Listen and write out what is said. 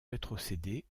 rétrocédés